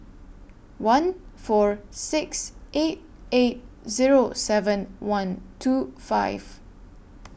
one four six eight eight Zero seven one two five